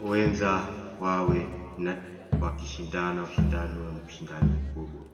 wenza wawe wakishindana ushindani waushindani mkubwa.